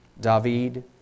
David